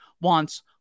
wants